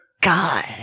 God